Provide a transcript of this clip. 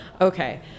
Okay